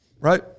Right